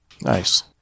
Nice